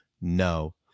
No